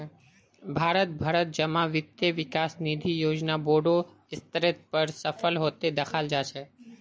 भारत भरत जमा वित्त विकास निधि योजना बोडो स्तरेर पर सफल हते दखाल जा छे